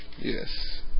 Yes